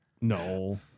No